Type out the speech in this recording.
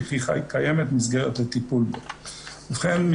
וכי קיימת מסגרת לטיפול בו" ובכן,